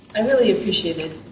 i really appreciated,